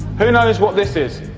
who knows what this is?